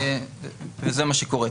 זה מה שקורה.